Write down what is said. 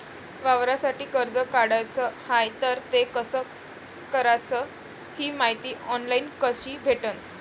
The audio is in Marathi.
वावरासाठी कर्ज काढाचं हाय तर ते कस कराच ही मायती ऑनलाईन कसी भेटन?